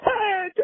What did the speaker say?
Hey